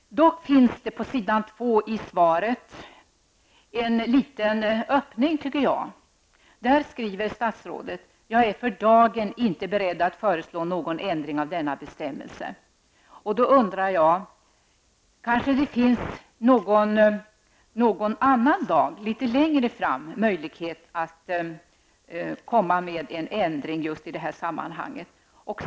Dock finns det i svaret en liten öppning, tycker jag, och det är när statsrådet skriver: ''Jag är för dagen därför inte beredd att föreslå någon ändring av denna bestämmelse.'' Då undrar jag: Kanske finns det någon annan dag, litet längre fram, möjlighet att komma med en ändring just i det här sammanhanget.